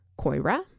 Koira